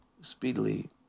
speedily